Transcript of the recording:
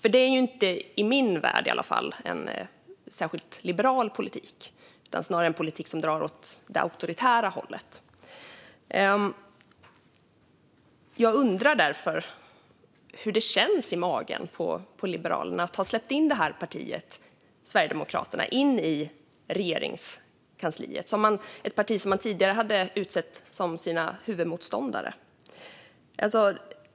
I min värld är det i alla fall inte en särskilt liberal politik utan snarare en politik som drar åt det auktoritära hållet. Jag undrar därför hur det känns i magen på Liberalerna att ha släppt in detta parti, Sverigedemokraterna, i Regeringskansliet, ett parti som man tidigare hade utsett till sin huvudmotståndare.